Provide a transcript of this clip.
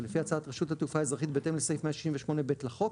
ולפי הצעת רשות התעופה האזרחית בהתאם לסעיף 168(ב) לחוק,